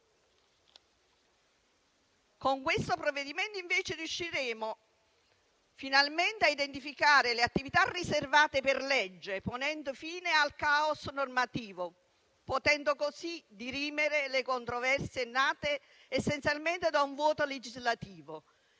Con questo provvedimento, invece, riusciremo finalmente a identificare le attività riservate per legge, ponendo fine al caos normativo, potendo così dirimere le controversie nate essenzialmente da un vuoto legislativo,